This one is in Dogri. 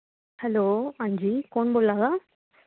हैल्लो हां जी कुन्न बोला दा